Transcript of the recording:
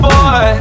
Boy